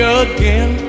again